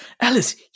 Alice